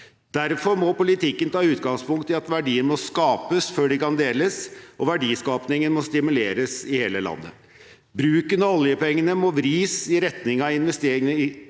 Derfor må politikken ta utgangspunkt i at verdier må skapes før de kan deles, og verdiskapingen må stimuleres i hele landet. Bruken av oljepengene må vris i retning av investeringer